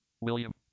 William